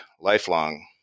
lifelong